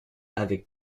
avec